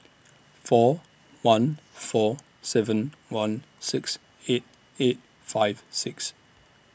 four one four seven one six eight eight five six